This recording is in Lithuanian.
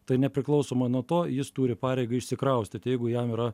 tai nepriklausoma nuo to jis turi pareigą išsikraustyti jeigu jam yra